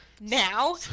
Now